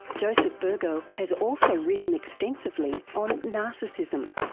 joseph burgo has also written extensively on narcissism.